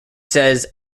says